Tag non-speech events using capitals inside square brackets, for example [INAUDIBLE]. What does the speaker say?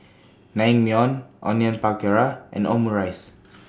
Naengmyeon Onion Pakora and Omurice [NOISE]